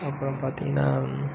அப்புறம் பார்த்தீங்கனா